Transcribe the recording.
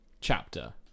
chapter